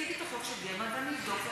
נציג את החוק של גרמן, ואני אבדוק.